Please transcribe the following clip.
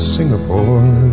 Singapore